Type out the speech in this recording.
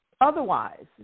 otherwise